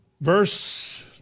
Verse